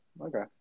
Okay